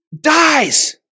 dies